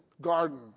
garden